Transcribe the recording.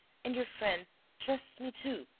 and your friend trusts me too,